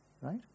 right